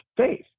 faith